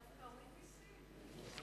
דווקא הורידו מסים.